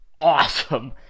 awesome